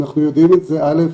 אנחנו יודעים את זה, א',